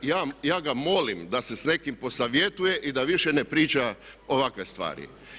Ja ga molim da se s nekim posavjetuje i da više ne priča ovakve stvari.